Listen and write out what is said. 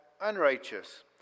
unrighteous